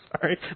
sorry